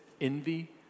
envy